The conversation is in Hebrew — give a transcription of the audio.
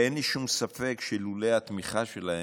ואין לי שום ספק שלולא התמיכה שלהם,